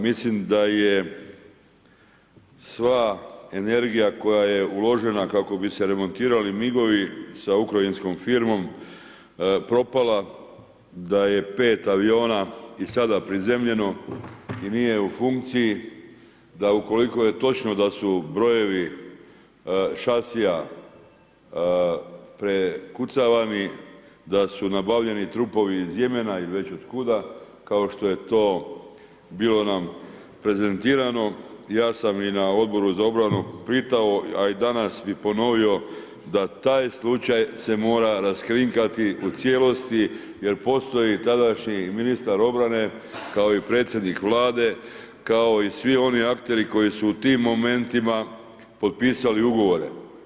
Mislim da je sva energija koja je uložena kako bi se remontirali MIG-ovi sa ukrajinskom firmom propala, da je 5 aviona i sada prizemljeno i nije u funkciji, da ukoliko je točno da su brojevi šasija prekucavani, da su nabavljeni trupovi iz Jemena, iz većeg otkuda kao što je to bilo nam prezentirano, ja sam i na Odboru na z obranu pitao a i danas bi ponovio da taj slučaj se mora raskrinkati u cijelosti jer postoji tadašnji ministar obrane kao i predsjednik Vlade kao i svi oni akteri koji su u tim momentima potpisali ugovore.